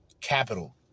Capital